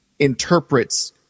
interprets